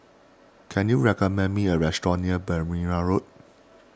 can you recommend me a restaurant near Berrima Road